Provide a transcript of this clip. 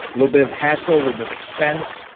little bit of hassle, little bit of expense,